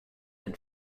and